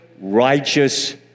righteous